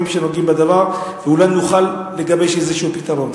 שנוגעים בדבר ואולי נוכל לגבש איזה פתרון.